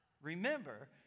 remember